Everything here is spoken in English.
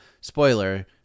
spoiler